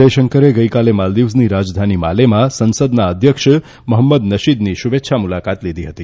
જયશંકરે ગઈકાલે માલ્દીવ્સની રાજધાની માલેમાં સંસદના અધ્યક્ષ મહંમદ નશીદની શુભેચ્છા મુલાકાત લીધી હતી